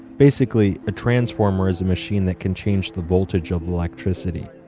basically a transformer is a machine that can change the voltage of electricity,